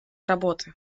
работы